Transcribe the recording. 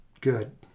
good